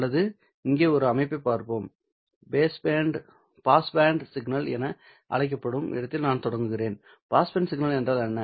அல்லது இங்கே ஒரு அமைப்பைப் பார்ப்போம் பாஸ் பேண்ட் சிக்னல் என அழைக்கப்படும் இடத்தில் நான் தொடங்குகிறேன் பாஸ் பேண்ட் சிக்னல் என்றால் என்ன